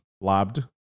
lobbed